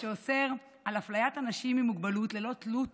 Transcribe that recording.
ללא תלות